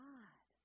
God